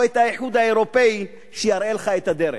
או האיחוד האירופי שיראה לך את הדרך.